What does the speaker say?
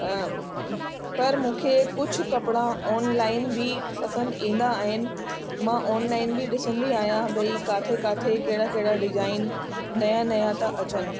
पर मूंखे कुझु कपिड़ा ऑनलाइन बि पसंदि ईंदा आहिनि मां ऑनलाइन बि आहियां भई किते किते कहिड़ा कहिड़ा डिजाइन नया नया त अचनि